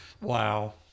wow